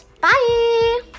Bye